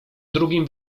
drugim